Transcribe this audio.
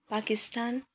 Pakistan